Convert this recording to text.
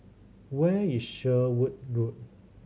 where is Sherwood Road